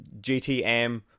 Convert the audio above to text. GTM